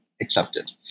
accepted